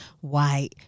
white